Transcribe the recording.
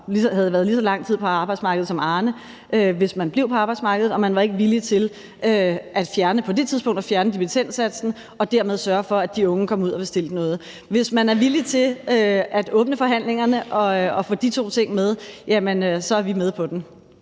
der havde været lige så lang tid på arbejdsmarkedet som Arne, hvis de blev på arbejdsmarkedet, dels ikke var villig til på det tidspunkt at fjerne dimittendsatsen og dermed sørge for, at de unge kom ud at bestille noget. Hvis man er villig til at åbne forhandlingerne og få de to ting med, jamen så er vi med på den.